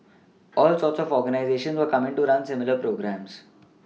all sorts of organisations were coming to run similar programmes